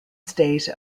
state